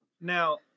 Now